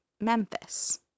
Memphis